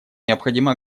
необходимо